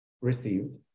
received